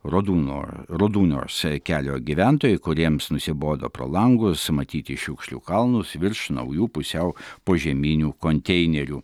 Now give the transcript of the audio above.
rodūno rodūnios kelio gyventojai kuriems nusibodo pro langus matyti šiukšlių kalnus virš naujų pusiau požeminių konteinerių